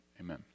Amen